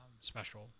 special